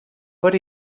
per